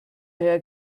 herr